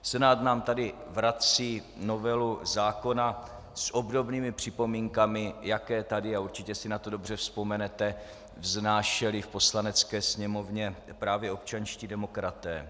Senát nám tady vrací novelu zákona s obdobnými připomínkami, jaké tady, a určitě si na to dobře vzpomenete, vznášeli v Poslanecké sněmovně právě občanští demokraté.